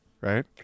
Right